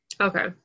Okay